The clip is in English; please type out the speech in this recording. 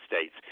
States